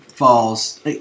Falls